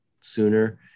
sooner